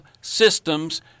systems